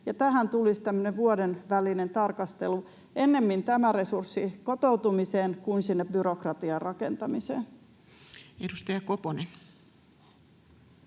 tarkastelu vuoden välein — ennemmin tämä resurssi kotoutumiseen kuin sinne byrokratian rakentamiseen. [Speech